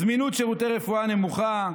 זמינות שירותי רפואה נמוכה,